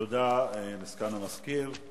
תודה לסגן מזכירת